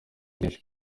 byinshi